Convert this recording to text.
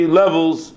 levels